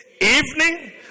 Evening